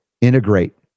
integrate